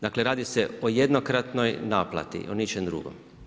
Dakle radi se o jednokratnoj naplati, o ničem drugom.